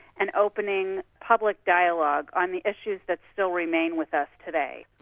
and opening public dialogue on the issues that still remain with us today.